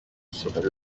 serait